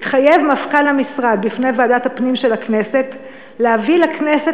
התחייב מפכ"ל המשרד בפני ועדת הפנים של הכנסת להביא לכנסת